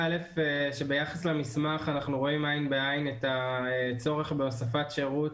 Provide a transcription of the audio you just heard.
ביחס למסמך אנחנו רואים עין בעין את הצורך בהוספת שירות